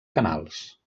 canals